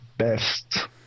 Best